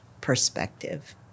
perspective